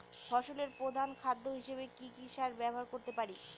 ফসলের প্রধান খাদ্য হিসেবে কি কি সার ব্যবহার করতে পারি?